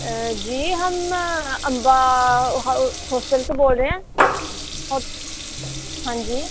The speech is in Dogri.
जी अस अम्बा होस होस्टल तों बोल्लै ने ऐं होस हांजी